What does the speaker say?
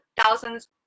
thousands